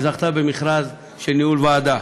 והיא זכתה במכרז של ניהול ועדה.